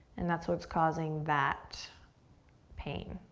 and that's what's causing that pain,